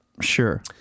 Sure